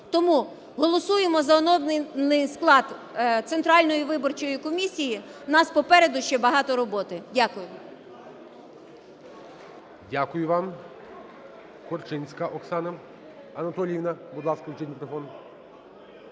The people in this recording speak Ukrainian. Тому голосуємо за оновлений склад Центральної виборчої комісії, в нас попереду ще багато роботи. Дякую. ГОЛОВУЮЧИЙ.